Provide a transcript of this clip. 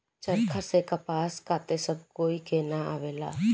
चरखा से कपास काते सब कोई के ना आवेला